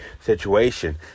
situation